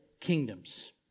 kingdoms